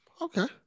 Okay